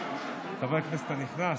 חבר הכנסת הנכנס,